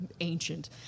Ancient